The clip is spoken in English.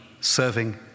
serving